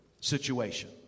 situation